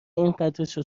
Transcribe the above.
اینقدرشو